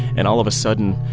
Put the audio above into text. and all of a sudden,